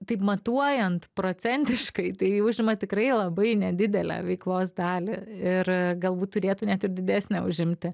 taip matuojant procentiškai tai užima tikrai labai nedidelę veiklos dalį ir galbūt turėtų net ir didesnę užimti